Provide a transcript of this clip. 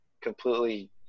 completely